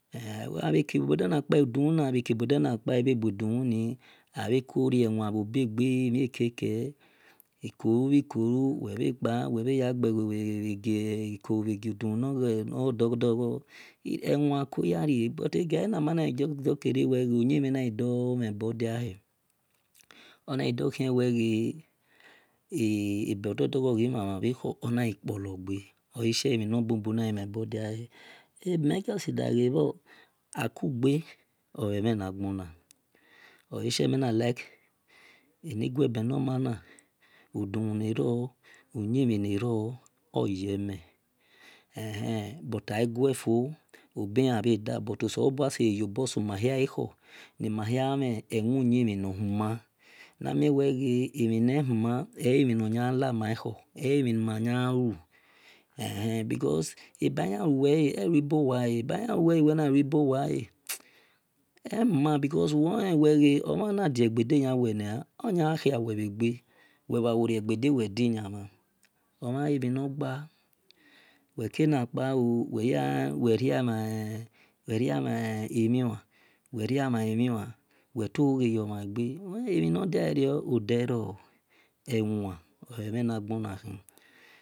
I dumu na gha ki dumu na kpa abhe ki dumu ni ako bhobe ghe keke wel bhe kpa we ya ghe wel ki kou wi dumu nogho dogjho dogho ewan abhe ya ko rie negbe but aegiayena ma nado kere wel uyimhi na do dia mhen bor diahe ona ghi do ke wel ebodogho dogho mha mha bhe kho oghi kpoli gje olesie emo ne bubu naghi mhen bodiahe ebime jusr daghe bhor arughe a re oghe mhe na ghona ole sheme na lake ni gue ben nor manaiduwu nero uyimhi neeo uyimhi neeo oyeme ehe but ague fo obilan bhe da but oselobua seue ri oboe suma ekha ni maman wel ria mhan mhian wwl tohoghe yoma gje emi bhi rio ehuma ewan ole emhe na gbona khi